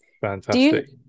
fantastic